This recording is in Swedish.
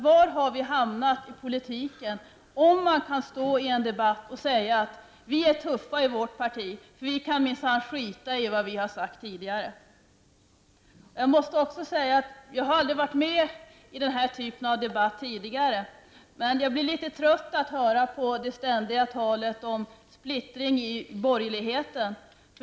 Var har vi hamnat i politiken om man i en debatt kan säga att vi är tuffa i vårt parti, vi kan minsann strunta i det vi har sagt tidigare? Jag har aldrig varit med i den här typen av debatt tidigare, men jag blir litet trött av att höra på det ständiga talet om splittring inom borgerligheten.